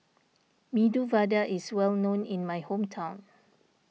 Medu Vada is well known in my hometown